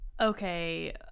okay